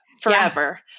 forever